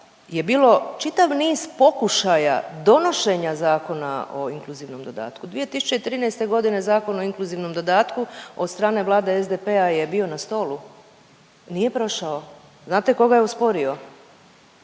je bilo čitav niz pokušaja donošenja Zakona o inkluzivnom dodatku. 2013. godine Zakon o inkluzivnom dodatku od strane Vlade SDP-a je bio na stolu, nije prošao. Znate tko ga je osporio?